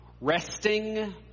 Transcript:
resting